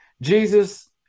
Jesus